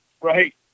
Right